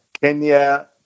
Kenya